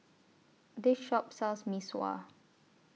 This Shop sells Mee Sua